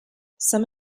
some